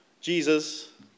Jesus